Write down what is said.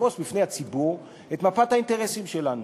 נפרוס בפני הציבור את מפת האינטרסים שלנו,